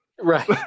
Right